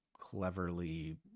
cleverly